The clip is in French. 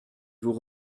vous